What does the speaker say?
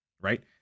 right